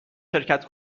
شرکت